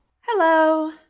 Hello